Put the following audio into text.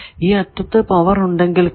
ഈ അറ്റത്തു പവർ ഉണ്ടെങ്കിൽ കൂടി